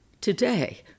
today